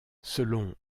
selon